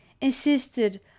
insisted